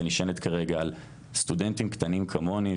נשענת כרגע על סטודנטים קטנים כמוני,